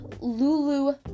Lulu